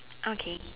okay